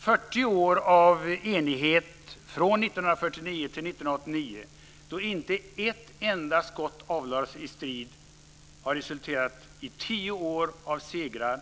40 år av enighet från år 1949 till år 1989 då inte ett enda skott avlossats i strid har resulterat i tio år av segrar.